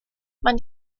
man